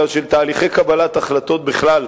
אלא של תהליכי קבלת החלטות בכלל,